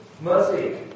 mercy